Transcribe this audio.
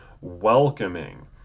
welcoming